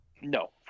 No